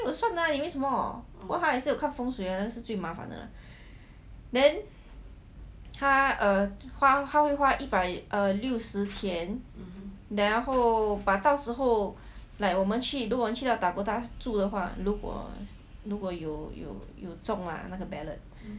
一定有算的你以为什么不过他还是有看风水的他是最麻烦的 lah then 他 err 会花一百六十千然后把到时候 like 我们去如果去 dakota 住的话如果如果有有有中 lah 那个 ballot